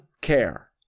Care